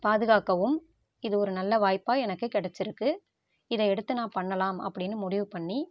பாதுகாக்கவும் இது ஒரு நல்ல வாய்ப்பாக எனக்கு கிடைச்சிருக்கு இதை எடுத்து நான் பண்ணலாம் அப்படின்னு முடிவு பண்ணி